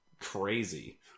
crazy